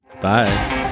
Bye